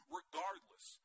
regardless